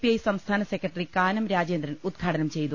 I സംസ്ഥാന secretary Kanam Rajendran ഉദ്ഘാടനം ചെയ്തു